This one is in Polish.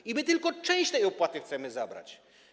I my tylko część tej opłaty chcemy zabrać.